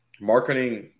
marketing